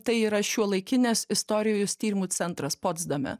tai yra šiuolaikinės istorijos tyrimų centras potsdame